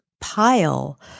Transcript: pile